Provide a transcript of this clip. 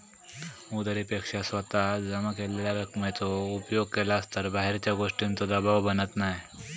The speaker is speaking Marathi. उधारी पेक्षा स्वतः जमा केलेल्या रकमेचो उपयोग केलास तर बाहेरच्या गोष्टींचों दबाव बनत नाय